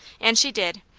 and she did,